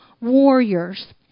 warriors